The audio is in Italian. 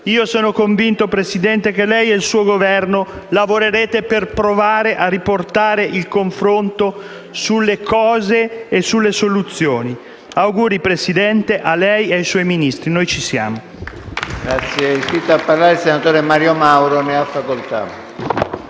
Io sono convinto, Presidente, che lei e il suo Governo lavorerete per provare a riportare il confronto sulle cose e sulle soluzioni. Auguri, Presidente, a lei e ai suoi Ministri. Noi ci siamo.